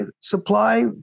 supply